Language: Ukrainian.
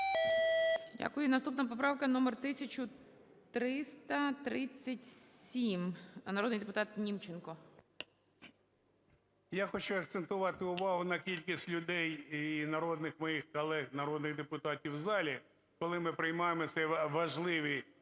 Дякую. Наступна поправка номер 1337, народний депутат Німченко. 13:25:28 НІМЧЕНКО В.І. Я хочу акцентувати увагу на кількість людей і народних, моїх колег, народних депутатів в залі, коли ми приймаємо цей важливий